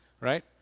right